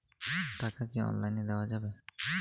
টাকা কি অনলাইনে দেওয়া যাবে?